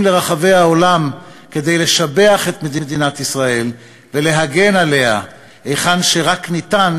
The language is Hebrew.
לרחבי העולם כדי לשבח את מדינת ישראל ולהגן עליה היכן שרק ניתן,